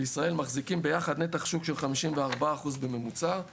בישראל מחזיקים ביחד נתח שוק של 54% בממוצע;